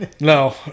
no